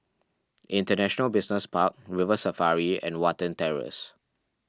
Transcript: International Business Park River Safari and Watten Terrace